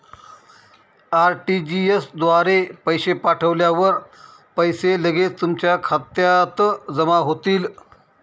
RTGS द्वारे पैसे पाठवल्यावर पैसे लगेच तुमच्या खात्यात जमा होतील